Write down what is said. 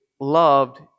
loved